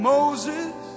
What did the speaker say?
Moses